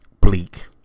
Bleak